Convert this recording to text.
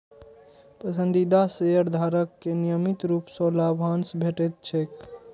पसंदीदा शेयरधारक कें नियमित रूप सं लाभांश भेटैत छैक